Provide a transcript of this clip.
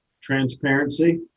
Transparency